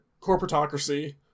corporatocracy